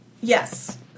Yes